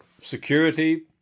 security